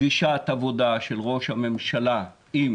פגישת עבודה של ראש הממשלה עם